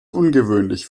ungewöhnlich